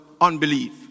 unbelief